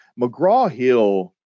McGraw-Hill